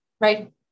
Right